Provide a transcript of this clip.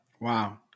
Wow